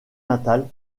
natale